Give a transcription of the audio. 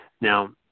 Now